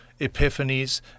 epiphanies